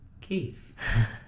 keith